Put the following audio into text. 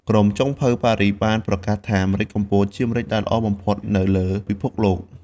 ក្រុមចុងភៅប៉ារីស បានប្រកាសថា ម្រេចកំពត ជាម្រេចដែលល្អបំផុតនៅលើពិភពលោក។